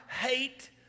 hate